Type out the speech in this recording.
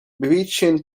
breaching